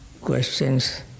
questions